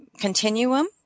continuum